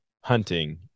hunting